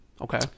Okay